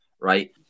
right